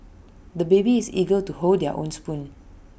the baby is eager to hold his own spoon